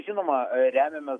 žinoma remiamės